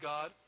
God